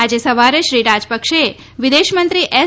આજે સવારે શ્રી રાજપક્ષેએ વિદેશમંત્રી એસ